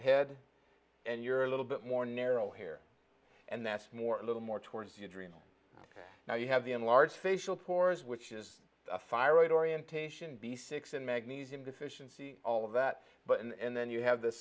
head and you're a little bit more narrow here and that's more a little more towards you dreamily now you have the enlarged facial pores which is a fire right orientation b six in magnesium deficiency all of that but and then you have the